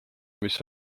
mis